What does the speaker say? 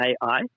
AI